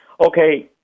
Okay